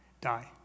Die